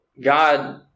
God